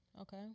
Okay